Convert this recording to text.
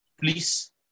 please